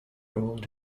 ruled